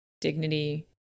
dignity